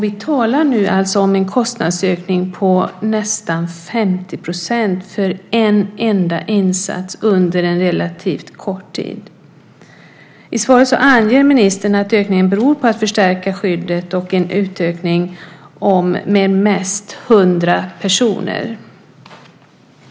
Vi talar om en kostnadsökning på nästan 50 % för en enda insats under en relativt kort tid. I svaret anger ministern att ökningen beror på att man förstärker skyddet och på en utökning med som mest hundra personer.